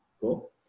go